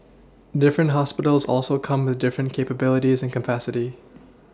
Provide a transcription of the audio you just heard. different hospitals also come with different capabilities and capacity